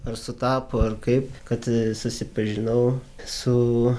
ar sutapo ar kaip kad susipažinau su